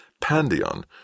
Pandion